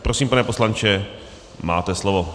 Prosím, pane poslanče, máte slovo.